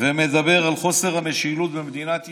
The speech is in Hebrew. ומדבר על חוסר המשילות במדינת ישראל,